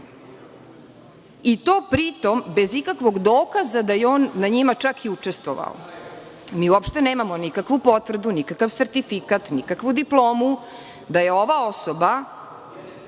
i to pri tom bez ikakvog dokaza da je on na njima čak i učestvovao. Mi uopšte nemamo nikakvu potvrdu, nikakav sertifikat, nikakvu diplomu da je ova osoba